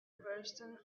person